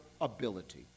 ability